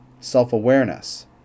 self-awareness